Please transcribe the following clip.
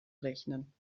rechnen